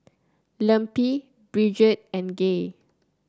Lempi Bridgett and Gay